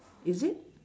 is it